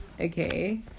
okay